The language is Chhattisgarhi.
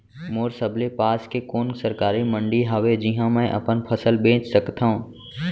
मोर सबले पास के कोन सरकारी मंडी हावे जिहां मैं अपन फसल बेच सकथव?